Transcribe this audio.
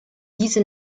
diese